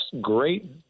great